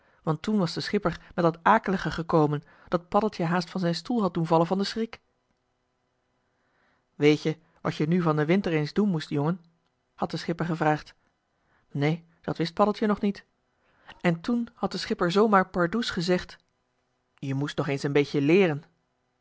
want toen was de schipper met dat akelige gekomen dat paddeltje haast van zijn stoel had doen vallen van den schrik weet je wat je nu van den winter eens doen moest jongen had de schipper gevraagd neen dat wist paddeltje nog niet en toen had de schipper zoo maar pardoes gezegd je moest nog eens een beetje leeren